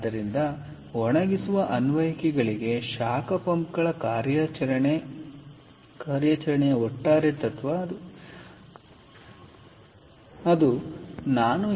ಆದ್ದರಿಂದ ಒಣಗಿಸುವ ಅನ್ವಯಿಕೆಗಳಿಗೆ ಶಾಖ ಪಂಪ್ಗಳ ಕಾರ್ಯಾಚರಣೆಯ ಒಟ್ಟಾರೆ ತತ್ವವಿದು